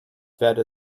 werde